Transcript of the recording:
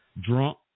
Drunk